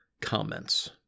comments